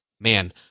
man